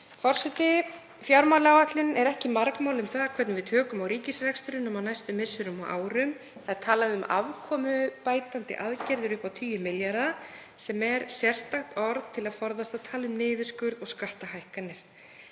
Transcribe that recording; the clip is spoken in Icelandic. Forseti. Fjármálaáætlunin er ekki margorð um það hvernig við tökum á ríkisrekstrinum á næstu misserum og árum. Það er talað um afkomubætandi aðgerðir upp á tugi milljarða sem er sérstakt orð til að forðast að tala um niðurskurð og skattahækkanir,